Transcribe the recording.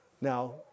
now